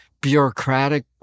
bureaucratic